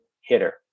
hitter